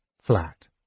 flat